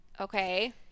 Okay